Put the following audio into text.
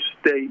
State